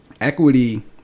Equity